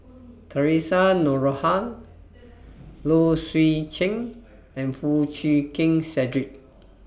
Theresa Noronha Low Swee Chen and Foo Chee Keng Cedric